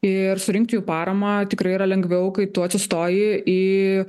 ir surinkti jų paramą tikrai yra lengviau kai tu atsistoji į